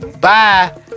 Bye